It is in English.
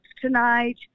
tonight